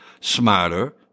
smarter